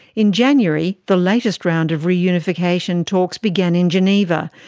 in january the latest round of reunification talks began in geneva,